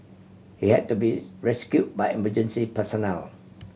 he had to be rescue by emergency personnel